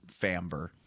famber